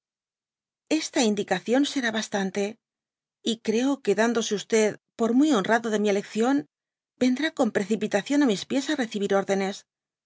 esta indicación será bastante y creo que dándose por muy honrado de mi elección vendrá con precipitación á mis pies á recibir órdenes